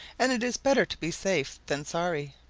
and it is better to be safe than sorry.